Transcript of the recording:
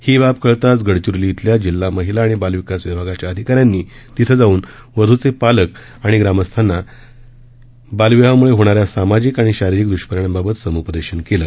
ही बाब कळताच गडचिरोली इथल्या जिल्हा महिला आणि बालविकास विभागाच्या अधिकाऱ्यांनी तिथं जाऊन वधूचे पालक आणि ग्रामस्थांना अधिकाऱ्यांनी बालविवाहामुळे होणाऱ्या सामाजिक व शारीरिक दुष्परिणामांबाबत सम्पदेशन केले